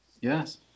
Yes